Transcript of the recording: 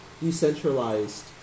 decentralized